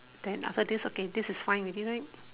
then after this okay this is fine already right